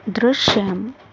Drishyam